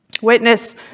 Witness